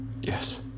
Yes